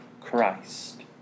Christ